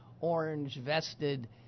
orange-vested